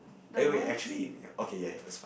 eh wait actually ya okay ya ya that's fine